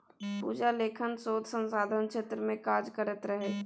पूजा लेखांकन शोध संधानक क्षेत्र मे काज करैत रहय